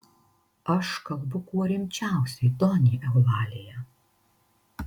aš kalbu kuo rimčiausiai donja eulalija